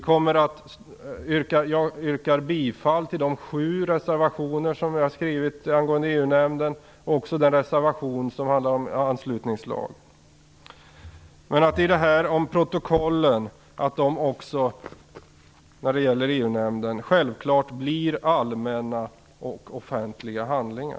Jag yrkar bifall till de sju reservationer som jag har skrivit angående EU-nämnden, även den reservation som handlar om anslutningslagen. Det är också viktigt att protokollen blir allmänna och offentliga handlingar.